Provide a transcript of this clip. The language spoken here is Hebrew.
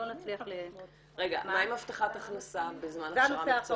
לא נצליח --- מה עם הבטחת הכנסה בזמן הכשרה מקצועית?